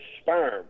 sperm